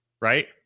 right